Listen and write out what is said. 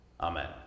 amen